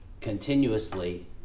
continuously